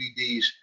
DVDs